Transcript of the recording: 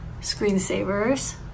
screensavers